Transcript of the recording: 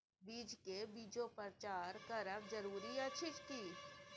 बीज के बीजोपचार करब जरूरी अछि की?